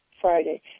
Friday